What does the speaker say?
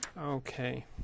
Okay